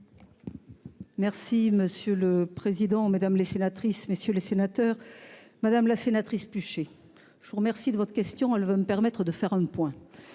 Merci monsieur le président, mesdames les sénatrices messieurs les sénateurs, madame la sénatrice Pucher je vous remercie de votre question, elle va me permettre de faire un point.